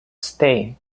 ste